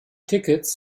tickets